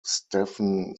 stephen